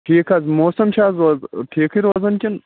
ٹھیٖک حظ موسم چھِ حظ اورٕ ٹھیٖکھٕے روزان کِنۍ